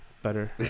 better